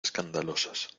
escandalosas